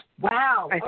Wow